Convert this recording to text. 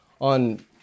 on